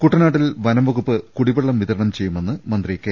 കുട്ടനാട്ടിൽ വനംവകുപ്പ് കുടിവെള്ളം വിതരണം ചെയ്യു മെന്ന് മന്ത്രി കെ